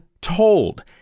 told